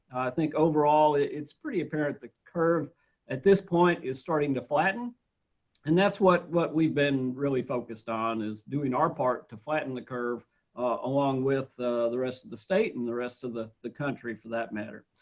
think overall it's pretty apparent the curve at this point is starting to flatten and that's what what we've been really focused on is doing our part to flatten the curve along with the rest of the state and the rest of the the country for that matter.